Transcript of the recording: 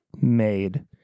made